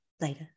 later